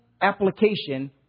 application